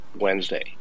Wednesday